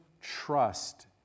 trust